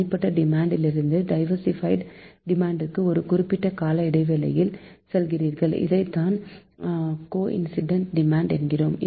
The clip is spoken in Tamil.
தனிப்பட்ட டிமாண்ட் லிருந்து டைவர்ஸிபைடு டிமாண்ட் க்கு ஒரு குறிப்பிட்ட கால இடைவேளையில் செல்கிறீர்கள் இதைத்தான் கோஇன்சிடென்ட் டிமாண்ட் என்கிறோம்